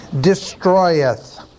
destroyeth